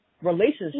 relationships